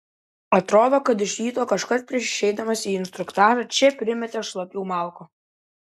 atrodo kad iš ryto kažkas prieš išeidamas į instruktažą čia primetė šlapių malkų